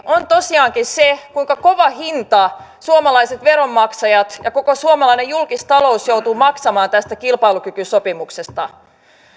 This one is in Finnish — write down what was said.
on tosiaankin se kuinka kovan hinnan suomalaiset veronmaksajat ja koko suomalainen julkistalous joutuu maksamaan tästä kilpailukykysopimuksesta